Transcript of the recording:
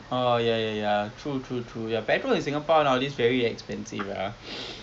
oh ya ya ya true true true petrol in singapore nowadays very expensive lah